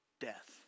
death